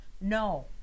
no